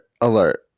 alert